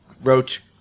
roach